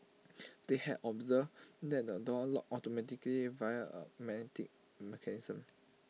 they had observed that the door locked automatically via A magnetic mechanism